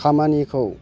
खामानिखौ